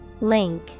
Link